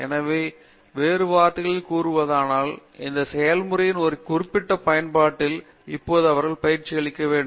எனவே வேறு வார்த்தைகளில் கூறுவதானால் இந்த செயல்முறையின் ஒரு குறிப்பிட்ட பயன்பாட்டில் இப்போது அவர்கள் பயிற்சி பெறவேண்டும்